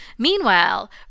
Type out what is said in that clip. Meanwhile